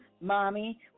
Mommy